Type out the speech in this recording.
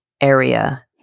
area